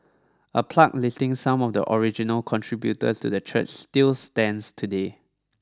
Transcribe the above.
a plaque listing some of the original contributors to the church still stands today